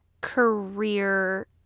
career